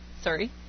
sorry